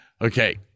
Okay